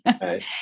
right